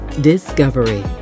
discovery